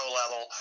level